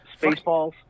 Spaceballs